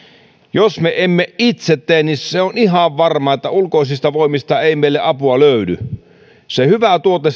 jos me emme itse tee niin se on ihan varma että ulkoisista voimista ei meille apua löydy se hyvä tuote